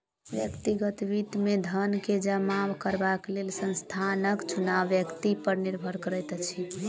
व्यक्तिगत वित्त मे धन के जमा करबाक लेल स्थानक चुनाव व्यक्ति पर निर्भर करैत अछि